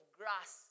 grass